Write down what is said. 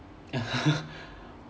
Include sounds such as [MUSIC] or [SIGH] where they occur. [LAUGHS]